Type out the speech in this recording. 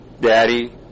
daddy